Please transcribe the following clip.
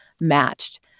matched